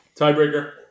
Tiebreaker